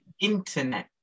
internet